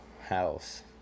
house